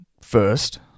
first